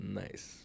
nice